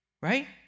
right